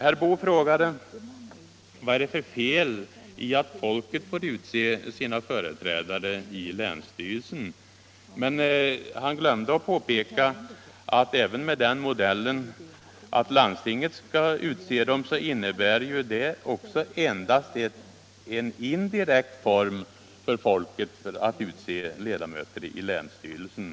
Herr Boo frågade vad det är för fel i att folket får utse sina företrädare i länsstyrelsen, men han glömde att påpeka att även med den modellen att landstingen utser dem innebär det bara en indirekt form för folket att utse ledamöter i länsstyrelsen.